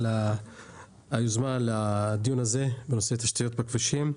על היוזמה על הדיון הזה בנושא תשתיות בכבישים.